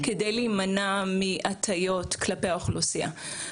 כדי להימנע מהטיות כלפי האוכלוסייה.